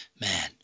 Man